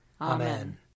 Amen